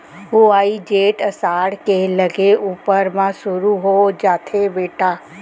वोइ जेठ असाढ़ के लगे ऊपर म सुरू हो जाथे बेटा